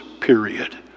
period